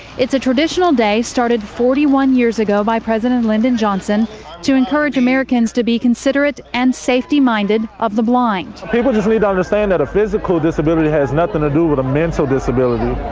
it's a traditional day that started forty one years ago by president lyndon johnson to encourage americans to be considerate and safety minded of the blind. people just need to understand that a physical disability has nothing to do with a mental disability.